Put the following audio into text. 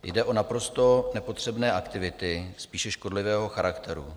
Jde o naprosto nepotřebné aktivity spíše škodlivé charakteru.